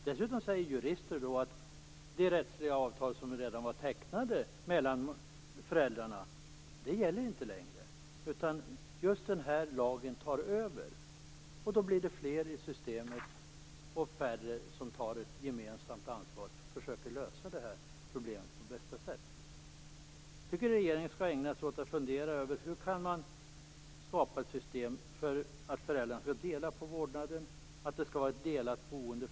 Dessutom säger jurister att de rättsliga avtal som redan var tecknade mellan föräldrarna inte längre gäller. Just denna lag tar över. Då blir det fler i systemet, och färre som tar ett gemensamt ansvar och försöker lösa problemet på bästa sätt. Jag tycker att regeringen skall ägna sig åt att fundera över hur man kan skapa ett system där föräldrarna delar på vårdnaden och barnen har delat boende.